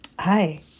Hi